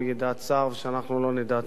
ושאנחנו לא נדע צער.